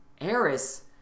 Eris